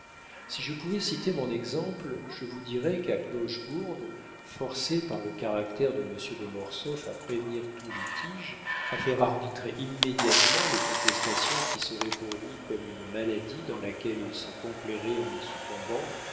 si je pouvais citer mon exemple je vous dirais qu'à clochegourde forcée par le caractère de monsieur de mortsauf à prévenir tout litige à faire arbitrer immédiatement les contestations qui seraient pour lui comme une maladie dans laquelle il se complairait en y succombant